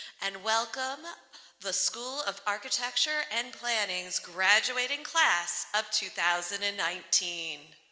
and welcome the school of architecture and planning's graduating class of two thousand and nineteen.